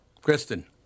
Kristen